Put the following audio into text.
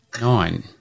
nine